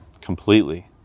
Completely